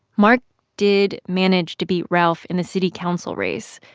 mark did manage to beat ralph in a city council race,